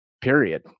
period